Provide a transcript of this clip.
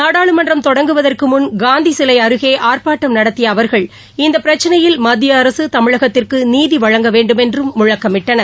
நாடாளுமன்றம் தொடங்குவதற்கு முன் காந்தி சிலை அருகே ஆர்ப்பாட்டம் நடத்திய அவர்கள் இந்த பிரச்சினையில் மத்திய அரசு தமிழகத்திற்கு நீதி வழங்க வேண்டுமென்று முழக்கமிட்டனர்